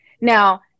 Now